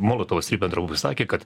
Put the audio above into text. molotovas ribentropui sakė kad